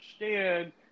understand